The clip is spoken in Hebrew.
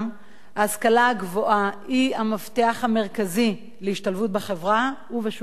ההשכלה הגבוהה היא המפתח המרכזי להשתלבות בחברה ובשוק העבודה.